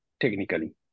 technically